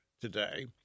today